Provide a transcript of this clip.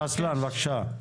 רוסלאן, בבקשה.